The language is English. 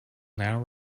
now